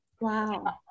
Wow